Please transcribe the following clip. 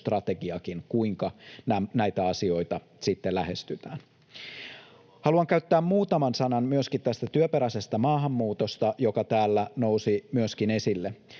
strategiakin, kuinka näitä asioita sitten lähestytään. [Petri Huru: Nimenomaan!] Haluan käyttää muutaman sanan myöskin tästä työperäisestä maahanmuutosta, joka täällä nousi myöskin esille.